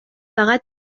فقط